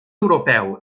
europeu